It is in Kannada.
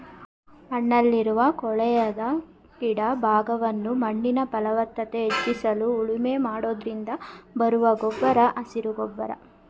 ಮಣ್ಣಲ್ಲಿರುವ ಕೊಳೆಯದ ಗಿಡ ಭಾಗವನ್ನು ಮಣ್ಣಿನ ಫಲವತ್ತತೆ ಹೆಚ್ಚಿಸಲು ಉಳುಮೆ ಮಾಡೋದ್ರಿಂದ ಬರುವ ಗೊಬ್ಬರ ಹಸಿರು ಗೊಬ್ಬರ